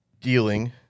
dealing